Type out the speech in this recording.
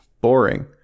boring